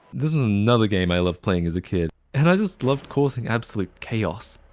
this was another game i loved playing as a kid and i just loved causing absolute chaos.